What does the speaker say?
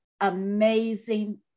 amazing